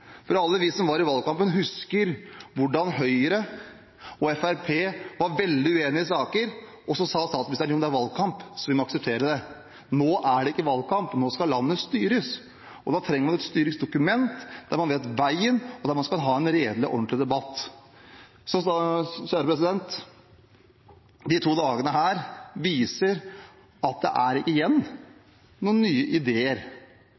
Alle vi som var i valgkampen, husker hvordan Høyre og Fremskrittspartiet var veldig uenig i saker, og så sa statsministeren: Det er valgkamp, så vi må akseptere det. Nå er det ikke valgkamp, nå skal landet styres. Da trenger en et styringsdokument der en vet veien, og en skal ha en redelig og ordentlig debatt. Disse to dagene viser at det er ingen nye ideer og bedre løsninger i Høyre og Fremskrittspartiet. Det er bare gamle ideer